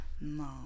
No